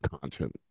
content